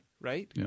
right